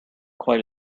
quite